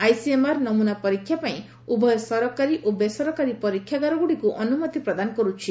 ICMR ନମୁନା ପରୀକ୍ଷା ପାଇଁ ଉଭୟ ସରକାରୀ ଓ ବେସରକାରୀ ପରୀକ୍ଷାଗାରଗୁଡ଼ିକୁ ଅନୁମତି ପ୍ରଦାନ କରୁଛି